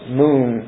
moon